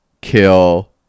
kill